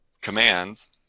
commands